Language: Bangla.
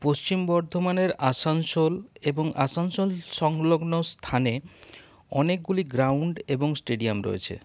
পশ্চিম বর্ধমানের আসানসোল এবং আসানসোল সংলগ্ন স্থানে অনেকগুলি গ্রাউন্ড এবং স্টেডিয়াম রয়েছে